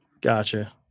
Gotcha